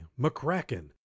McCracken